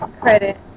credit